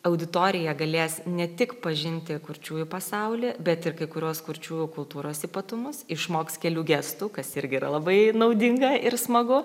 auditorija galės ne tik pažinti kurčiųjų pasaulį bet ir kai kuriuos kurčiųjų kultūros ypatumus išmoks kelių gestų kas irgi yra labai naudinga ir smagu